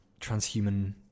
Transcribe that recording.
transhuman